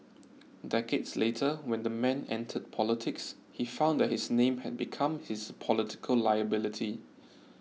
decades later when the man entered politics he found that his name had become his political liability